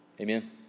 Amen